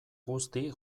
guzti